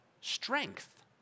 strength